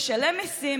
לשלם מיסים,